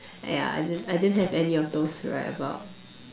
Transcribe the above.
yeah I didn't I didn't have any of those to write about